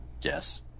Yes